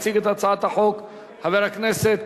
יציג את הצעת החוק חבר הכנסת